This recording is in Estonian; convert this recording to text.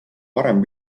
varem